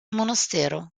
monastero